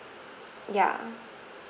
ya